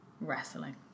wrestling